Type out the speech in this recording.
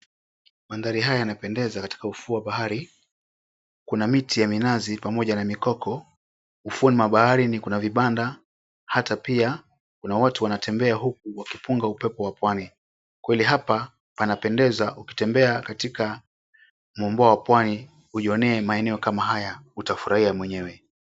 Mandhari haya yanapendeza, katika ufuo wa bahari kuna miti ya minazi pamoja na mikoko. Ufuoni mwa baharini kuna vibanda hata pia kuna watu wanatembea huku wakipunga upepo wa pwani. Kweli hapa panapendeza ukitembea katika mwambao wa pwani ujionee maeneo kama haya utafurahia mwenyewe.